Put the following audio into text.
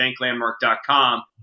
banklandmark.com